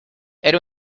era